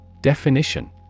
Definition